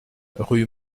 rue